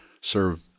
serve